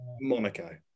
Monaco